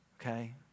okay